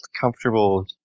comfortable